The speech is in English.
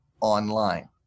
online